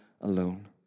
alone